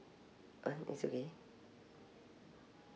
uh it's okay